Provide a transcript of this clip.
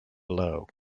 low